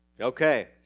Okay